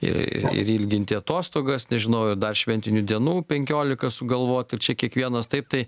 ir ir ilginti atostogas nežinau ir dar šventinių dienų penkiolika sugalvot ir čia kiekvienas taip tai